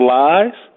lies